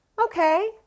Okay